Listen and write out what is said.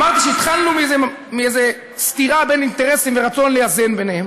אמרתי שהתחלנו מאיזה סתירה בין אינטרסים ורצון לאזן ביניהם,